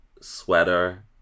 sweater